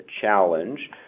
challenge